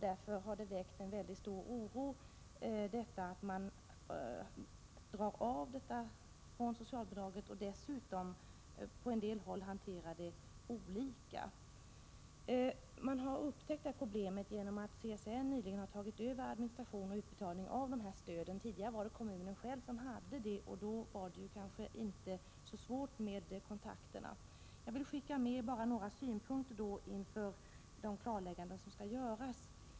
Därför har det väckt mycket stor oro att stimulansbidraget dras av från socialbidraget — och dessutom hanteras dessa frågor olika på olika håll. Man har upptäckt problemet genom att CSN nyligen har tagit över administrationen och utbetalningen av dessa stöd. Tidigare var det kommunen själv som handhade detta, och då var det kanske inte så svårt med kontakterna. Jag vill bara skicka med några synpunkter inför de klarlägganden som skall göras.